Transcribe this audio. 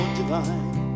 divine